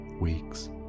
weeks